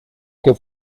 que